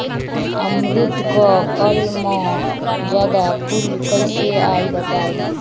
अमरुद क फल म जादा फूल कईसे आई बताई?